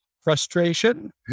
frustration